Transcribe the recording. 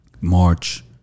March